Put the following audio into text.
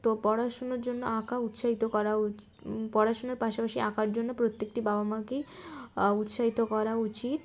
তো পড়াশুনার জন্য আঁকা উৎসাহিত করা উ পড়াশুনার পাশাপাশি আঁকার জন্য প্রত্যেকটি বাবা মাকেই উৎসাহিত করা উচিত